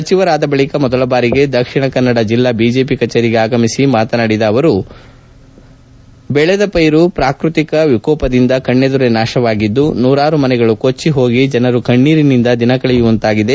ಸಚಿವರಾದ ಬಳಿಕ ಮೊದಲ ಬಾರಿಗೆ ದಕ್ಷಿಣ ಕನ್ನಡ ಜಿಲ್ಲಾ ಬಿಜೆಪಿ ಕಚೇರಿಗೆ ಆಗಮಿಸಿ ಮಾತನಾಡಿದ ಪೂಜಾರಿ ಅವರು ಪಾಕೃತಿಕ ವಿಕೋಪದಿಂದ ಬೆಳೆದ ಪೈರು ಪ್ರಾಕೃತಿಕ ವಿಕೋಪದಿಂದ ಕಣ್ಣೆದುರೇ ನಾಶವಾಗಿದ್ದು ನೂರಾರು ಮನೆಗಳು ಕೊಟ್ಟಿ ಹೋಗಿ ಜನರು ಕಣ್ಣೇರಿನಿಂದ ದಿನ ಕಳೆಯುವಂತಾಗಿದೆ